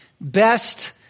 best